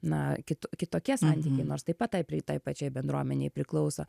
na kit kitokie santykiai nors taip pat tai pri tai pačiai bendruomenei priklauso